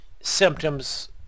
symptoms